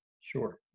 Sure